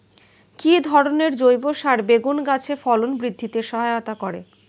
কি ধরনের জৈব সার বেগুন গাছে ফলন বৃদ্ধিতে সহায়তা করে?